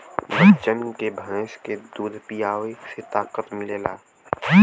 बच्चन के भैंस के दूध पीआवे से ताकत मिलेला